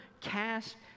cast